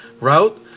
route